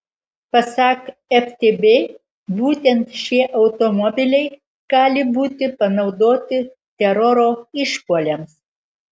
pasak ftb būtent šie automobiliai gali būti panaudoti teroro išpuoliams